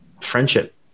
friendship